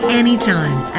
anytime